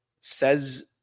says